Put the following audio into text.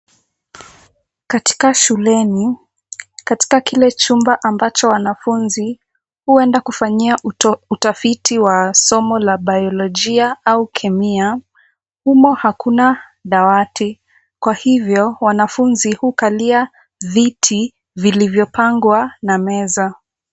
Katika shuleni, katika kile chumba ambacho wanafunzi, huenda kufanyia utafiti wa somo la Bayolojia au Kemia, humo hakuna dawati, kwa hivyo wanafunzi hukalia viti vilivyopangwa na meza.